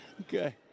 Okay